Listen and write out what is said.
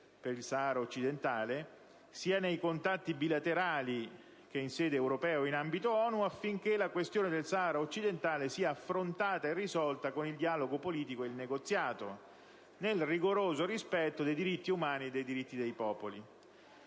per il Sahara occidentale, «sia nei contatti bilaterali che in sede europea o in ambito ONU, affinché la questione del Sahara occidentale sia affrontata e risolta con il dialogo politico e il negoziato diplomatico, nel rigoroso rispetto dei diritti umani e dei diritti dei popoli».